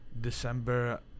December